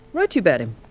wrote you about him.